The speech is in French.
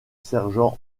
sergent